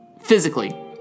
physically